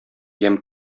ямь